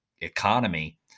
economy